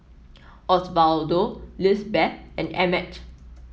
Osvaldo Lizbeth and Emmett